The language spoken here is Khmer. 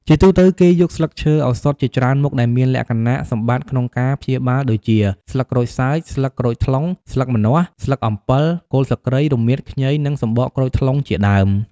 ជាទូទៅ គេយកស្លឹកឈើឱសថជាច្រើនមុខ ដែលមានលក្ខណៈសម្បត្តិក្នុងការព្យាបាលដូចជា ស្លឹកក្រូចសើច ស្លឹកក្រូចថ្លុង ស្លឹកម្នាស់ ស្លឹកអំពិល គល់ស្លឹកគ្រៃ រមៀត ខ្ញី និងសំបកក្រូចថ្លុងជាដើម។